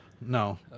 No